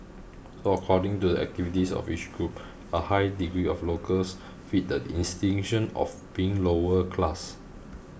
so according to the activities of each group a high degree of locals fit the of being lower class